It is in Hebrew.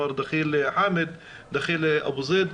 מר דחיל חאמד אבו זייד,